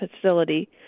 facility